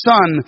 Son